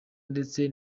ndetse